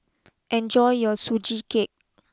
enjoy your Sugee Cake